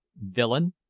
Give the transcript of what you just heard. villain,